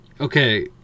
Okay